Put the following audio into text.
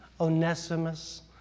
Onesimus